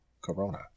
Corona